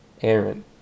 Aaron